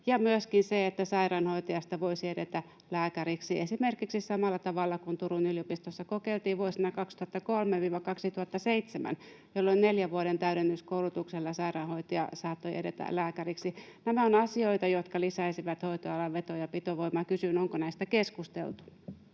ja myöskin että sairaanhoitajasta voisi edetä lääkäriksi esimerkiksi samalla tavalla kuin Turun yliopistossa kokeiltiin vuosina 2003—2007, jolloin neljän vuoden täydennyskoulutuksella sairaanhoitaja saattoi edetä lääkäriksi. Nämä ovat asioita, jotka lisäisivät hoitoalan veto- ja pitovoimaa. Kysyn: onko näistä keskusteltu?